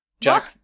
Jack